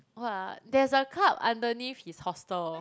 what ah there's a club underneath his hostel